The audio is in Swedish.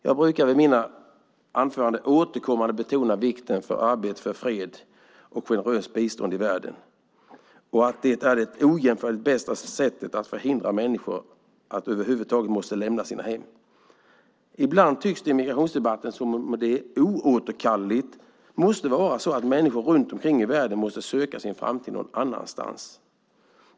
Jag brukar i mina anföranden återkommande betona vikten av arbete för fred och generöst bistånd i världen. Det är det ojämförligt bästa sättet att förhindra att människor över huvud taget måste lämna sina hem. Ibland tycks det i migrationsdebatten som om det oåterkalleligt måste vara så att människor runt omkring i världen måste söka sin framtid någon annanstans.